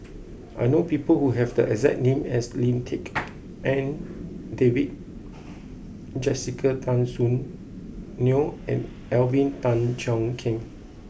I know people who have the exact name as Lim Tik En David Jessica Tan Soon Neo and Alvin Tan Cheong Kheng